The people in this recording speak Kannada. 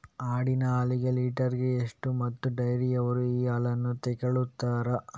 ಆಡಿನ ಹಾಲಿಗೆ ಲೀಟ್ರಿಗೆ ಎಷ್ಟು ಮತ್ತೆ ಡೈರಿಯವ್ರರು ಈ ಹಾಲನ್ನ ತೆಕೊಳ್ತಾರೆ?